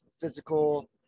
physical